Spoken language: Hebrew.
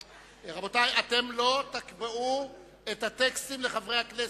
רבותי, אתם לא תקבעו את הטקסטים לחברי הכנסת.